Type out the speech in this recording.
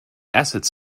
assets